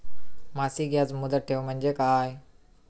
मासिक याज मुदत ठेव म्हणजे काय?